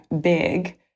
big